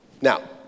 Now